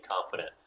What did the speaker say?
confident